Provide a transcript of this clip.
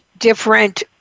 different